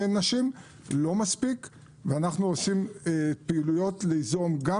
זה לא מספיק ואנחנו עושים פעילויות ליזום גם